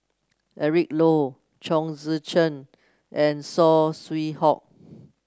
Eric Low Chong Tze Chien and Saw Swee Hock